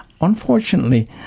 Unfortunately